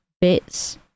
bits